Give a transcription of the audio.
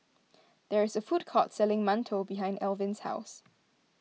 there is a food court selling Mantou behind Elvin's house